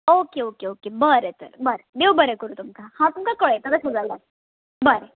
okay okay okay बरें तर बरें देव बरें करूं तुमकां हांव तुमकां कळयता तशें जाल्यार बरें